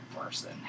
person